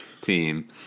team